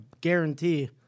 guarantee